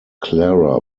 clara